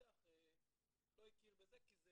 המבטח לא הכיר בזה כי זה